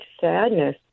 sadness